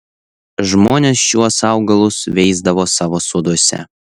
žmonės šiuos augalus veisdavo savo soduose